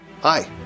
hi